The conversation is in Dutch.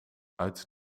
uit